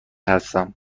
هستم